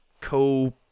co